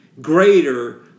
greater